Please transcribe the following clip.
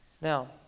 Now